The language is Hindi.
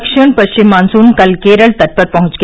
दक्षिण पश्चिम मानसून कल केरल तट पर पहुंच गया